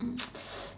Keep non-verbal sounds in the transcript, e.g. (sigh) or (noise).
um (noise)